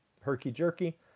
herky-jerky